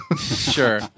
Sure